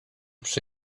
przy